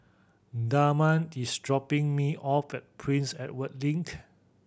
Damari is dropping me off at Prince Edward Link